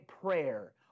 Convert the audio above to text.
prayer